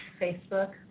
Facebook